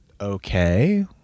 Okay